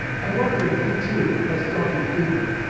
i wonder if he, too, has donkey fever?